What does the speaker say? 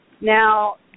Now